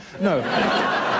No